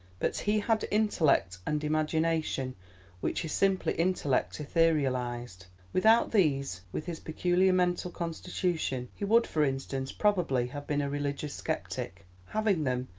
but he had intellect, and imagination which is simply intellect etherealised. without these, with his peculiar mental constitution, he would, for instance, probably have been a religious sceptic having them,